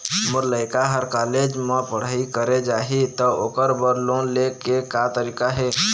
मोर लइका हर कॉलेज म पढ़ई करे जाही, त ओकर बर लोन ले के का तरीका हे?